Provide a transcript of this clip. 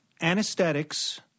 anesthetics